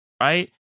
right